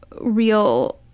real